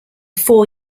four